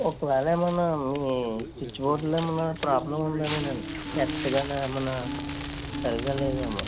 ఒకవేళ ఏమన్నా మీ చ్విచ్ బోర్డులో ఏమన్నా ప్రాబ్లమ్ ఉందేమోనండి ఎర్త్ కాని ఏమన్నా సరిగ్గా లేదేమో